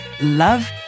Love